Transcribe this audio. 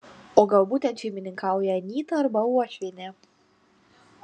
o galbūt ten šeimininkauja anyta arba uošvienė